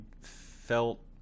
felt